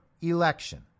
election